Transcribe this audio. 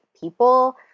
people